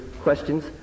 questions